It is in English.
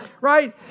right